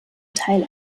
teil